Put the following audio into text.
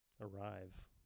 arrive